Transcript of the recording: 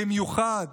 במיוחד